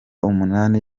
umunani